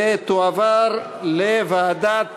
ותועבר, לוועדת